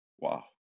Wow